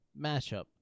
matchup